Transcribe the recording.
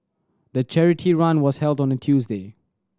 the charity run was held on a Tuesday